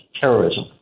terrorism